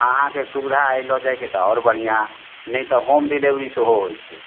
अहाँके सुविधा अइ लऽ जाइके तऽ आओर बढ़िआँ नहि तऽ होम डिलेवरी सेहो होइत छै